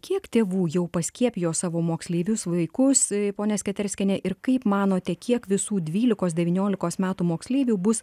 kiek tėvų jau paskiepijo savo moksleivius vaikus ponia sketerskiene ir kaip manote kiek visų dvylikos devyniolikos metų moksleivių bus